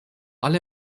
alle